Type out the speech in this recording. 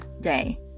Day